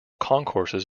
concourses